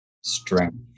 Strength